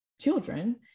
children